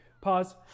pause